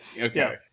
Okay